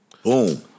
Boom